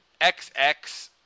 XX